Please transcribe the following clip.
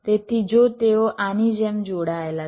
તેથી તેઓ આની જેમ જોડાયેલા છે